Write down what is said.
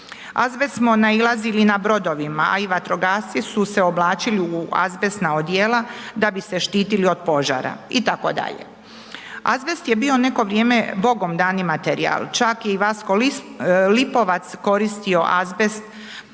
Azbest smo nailazili na brodovima a i vatrogasci su se oblačili u azbestna odijela da bi se štitili od požara itd. Azbest je bio neko vrijeme bogomdani materijal, čak je i Vasko Lipovac koristio azbest na